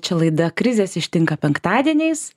čia laida krizės ištinka penktadieniais